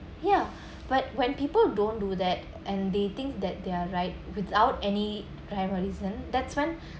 ya but when people don't do that and they think that they're right without any drive of listen that's one